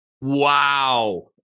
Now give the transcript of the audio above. Wow